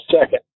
second